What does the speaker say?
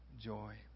joy